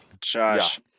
josh